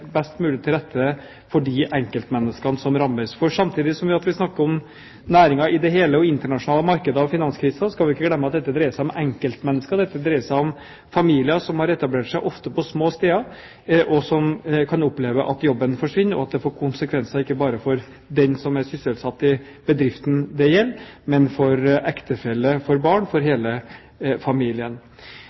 best mulig til rette for de enkeltmenneskene som rammes. For samtidig som vi snakker om næringer i det hele og om internasjonale markeder og finanskrisen, skal vi ikke glemme at dette dreier seg om enkeltmennesker. Det dreier seg om familier som har etablert seg, ofte på små steder, og som kan oppleve at jobben forsvinner, og det får konsekvenser ikke bare for den som er sysselsatt i bedriften dette gjelder, men for ektefelle, for barn, for hele familien.